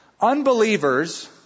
Unbelievers